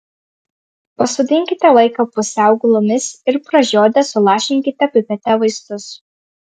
pasodinkite vaiką pusiau gulomis ir pražiodę sulašinkite pipete vaistus